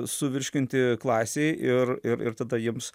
suvirškinti klasėj ir ir tada jiems